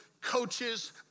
coaches